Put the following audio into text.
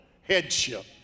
headship